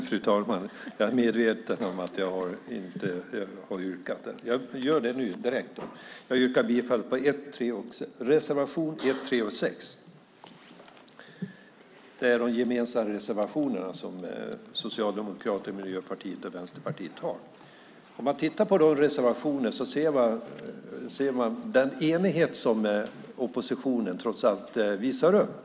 Fru talman! Jag är medveten om att jag inte har yrkat. Jag gör det direkt. Jag yrkar bifall till reservationerna 1, 3 och 6. Det är de gemensamma reservationerna som Socialdemokraterna, Miljöpartiet och Vänsterpartiet har. Om man tittar på reservationerna ser man den enighet som oppositionen trots allt visar upp.